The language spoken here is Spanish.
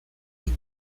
inc